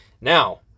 Now